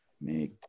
Make